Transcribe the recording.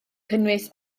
cynnwys